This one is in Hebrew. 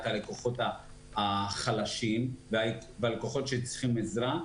הלקוחות החלשים והלקוחות שצריכים עזרה,